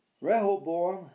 Rehoboam